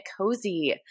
cozy